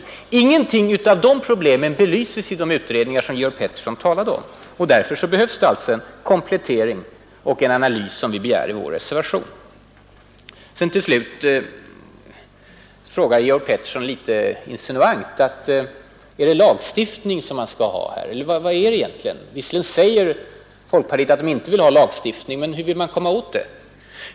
Nr 128 Inget av de problemen belyses i de utredningar som herr Pettersson Onsdagen den talade om, Därför behövs den komplettering och analys som vi begärt i 17 november 1971 vår reservation. Till slut frågade Georg Pettersson litet insinuant: Är det lagstiftning RESA hå man skall ha eller vad är det egentligen? Visserligen säger folkpartiet att RE eriet I politiken man inte vill ha lagstiftning, men hur vill man komma åt problemet undrade herr Pettersson.